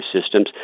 systems